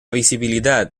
visibilidad